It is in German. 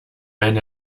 ein